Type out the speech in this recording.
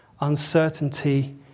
uncertainty